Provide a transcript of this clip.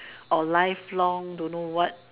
or life long don't know what